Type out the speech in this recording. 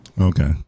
Okay